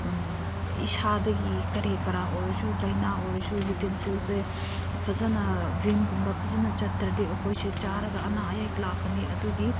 ꯏꯁꯥꯗꯒꯤ ꯀꯔꯤ ꯀꯔꯥ ꯑꯣꯏꯔꯁꯨ ꯂꯥꯏꯅꯥ ꯑꯣꯏꯔꯁꯨ ꯌꯨꯇꯦꯟꯁꯤꯜꯁꯦ ꯐꯖꯅ ꯚꯤꯝꯒꯨꯝꯕ ꯐꯖꯅ ꯆꯠꯇ꯭ꯔꯗꯤ ꯑꯩꯈꯣꯏꯁꯦ ꯆꯥꯔꯒ ꯑꯅꯥ ꯑꯌꯦꯛ ꯂꯥꯛꯀꯅꯤ ꯑꯗꯨꯒꯤ